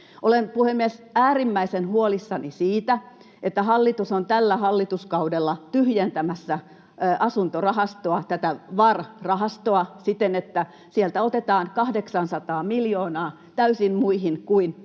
Olen, puhemies, äärimmäisen huolissani siitä, että hallitus on tällä hallituskaudella tyhjentämässä asuntorahastoa, tätä VAR-rahastoa, siten, että sieltä otetaan 800 miljoonaa täysin muihin kuin